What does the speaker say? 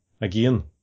again